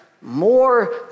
more